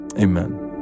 amen